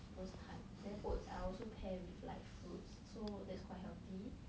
those type then oats I also pair with like fruits so that's quite healthy